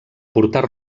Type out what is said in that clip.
portar